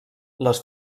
les